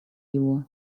его